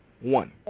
One